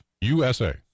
USA